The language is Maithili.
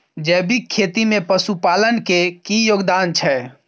जैविक खेती में पशुपालन के की योगदान छै?